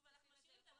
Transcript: דרקונית.